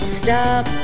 stop